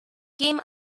came